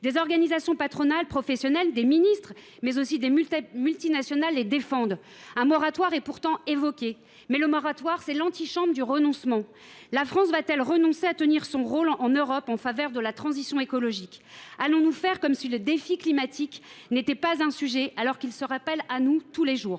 Des organisations patronales professionnelles, des ministres et même des multinationales défendent ces textes. À leur sujet, certains évoquent un moratoire ; mais le moratoire est l’antichambre du renoncement. La France va t elle renoncer à tenir son rôle, en Europe, en faveur de la transition écologique ? Allons nous faire comme si le défi climatique n’était pas un sujet, alors qu’il se rappelle à nous tous les jours